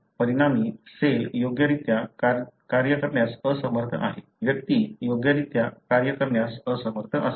परिणामी सेल योग्यरित्या कार्य करण्यास असमर्थ आहे व्यक्ती योग्यरित्या कार्य करण्यास असमर्थ आहे